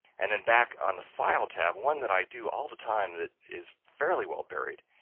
and then back on the file tab, one that i do all the time that is fairly well buried,